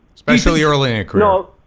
especially early in a career.